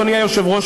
אדוני היושב-ראש,